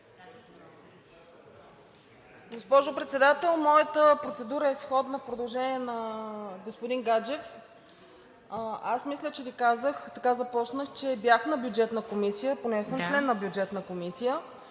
Госпожо Председател, моята процедура е сходна в продължение на господин Гаджев. Мисля, че Ви казах, така започнах, че бях на Бюджетната комисия, понеже съм член на Бюджетната комисия